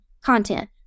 content